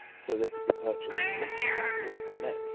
so they could be purchased next time without delay.